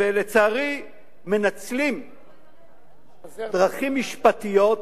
ולצערי מנצלים דרכים משפטיות,